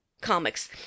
comics